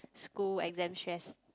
school exam stress